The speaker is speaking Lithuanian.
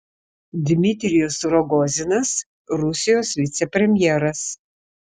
dmitrijus rogozinas rusijos vicepremjeras